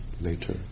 later